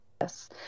Yes